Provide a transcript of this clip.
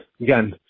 again